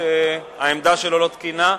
שהעמדה שלו לא תקינה,